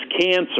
cancer